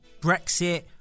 Brexit